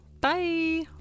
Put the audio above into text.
bye